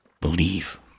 believe